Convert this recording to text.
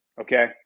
okay